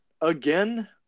again